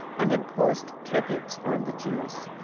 and imposed tributes on the jews,